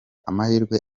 amahirwe